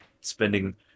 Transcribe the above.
spending